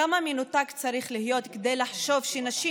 כמה מנותק צריך להיות כדי לחשוב שנשים,